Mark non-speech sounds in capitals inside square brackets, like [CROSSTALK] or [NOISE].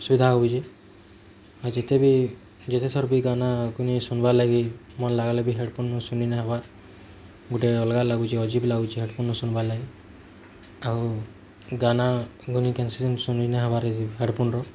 ଅସୁବିଧା ହଉଛି ଆଉ ଯେତେ ବି ଯେତେଥର ବି ଗାନା ଗୁନି ଶୁନବାର୍ ଲାଗି ମନ ଲାଗଲେ ବି ହେଡ଼ଫୋନ୍ ଶୁନି ନାଇଁ ହେବାର୍ ଗୁଟେ ଅଲଗା ଲାଗୁଛି ଅଜିବି ଲାଗୁଛି ହେଡ଼ଫୋନ୍ରେ ଶୁନବାର୍ ଲାଗି ଆଉ ଗାନା [UNINTELLIGIBLE] କେନ୍ସି ଶୁନି ନାଇଁ ହେବାର୍ ହେଡ଼ଫୋନ୍ର